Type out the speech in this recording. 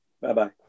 Bye-bye